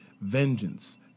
vengeance